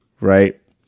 right